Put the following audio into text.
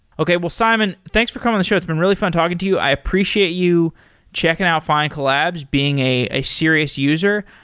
okay. well, simon, thanks for coming on the show. it's been really fun talking to you. i appreciate you checking out findcollabs, being a serious user.